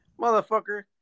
motherfucker